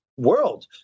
world